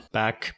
back